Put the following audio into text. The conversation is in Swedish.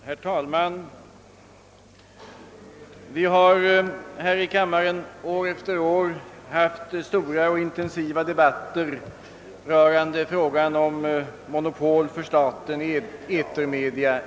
Herr talman! Vi har här i kammaren år efter år haft stora och intensiva debatter rörande frågan om monopol eller inte för staten i etermedia.